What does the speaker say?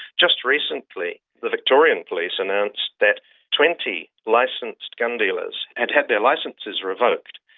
just recently the victorian police announced that twenty licensed gun dealers had had their licenses revoked,